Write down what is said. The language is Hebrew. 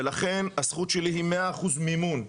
לכן הזכות שלי היא 100% מימון לחיילים.